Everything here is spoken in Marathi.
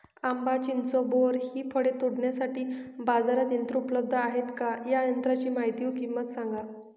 आंबा, चिंच, बोर हि फळे तोडण्यासाठी बाजारात यंत्र उपलब्ध आहेत का? या यंत्रांची माहिती व किंमत सांगा?